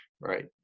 right